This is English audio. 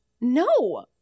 No